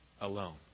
alone